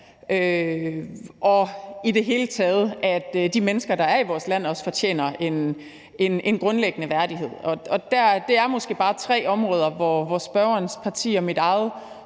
i forhold til at de mennesker, der er i vores land, også fortjener en grundlæggende værdighed. Det er måske bare tre områder, hvor spørgerens parti og mit eget